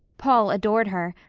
paul adored her,